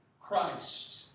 Christ